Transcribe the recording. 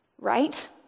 right